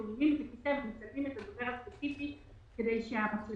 מסובבים את הכיסא ומכוונים לאדם ספציפי כדי שהמצלמה